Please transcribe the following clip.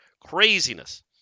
craziness